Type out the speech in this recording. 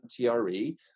TRE